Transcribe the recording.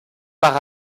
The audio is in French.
par